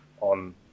on